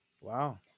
Wow